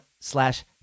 slash